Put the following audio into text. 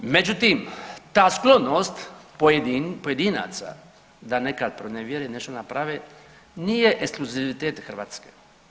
Međutim, ta sklonost pojedinaca da nekad pronevjere, nešto naprave nije ekskluzivitet Hrvatske.